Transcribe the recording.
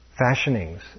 fashionings